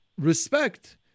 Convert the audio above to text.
respect